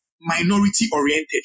minority-oriented